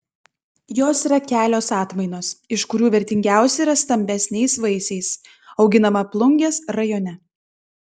jos yra kelios atmainos iš kurių vertingiausia yra stambesniais vaisiais auginama plungės rajone